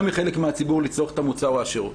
מחלק מהציבור לצרוך את המוצר או השירות.